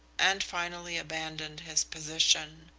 and finally abandoned his position.